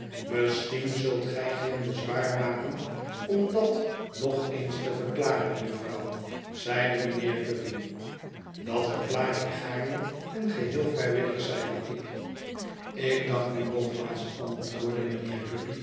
misschien zult gij geen bezwaar maken om dat nog eens te verklaren jufvrouw zeide mijnheer guppy dat verklaar ik gaarne en geheel vrijwillig zeide ik ik dank u nogmaals antwoordde mijnheer